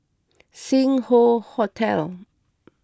Sing Hoe Hotel